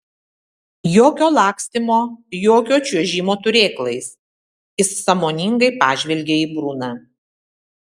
jokio lakstymo jokio čiuožimo turėklais jis sąmoningai pažvelgė į bruną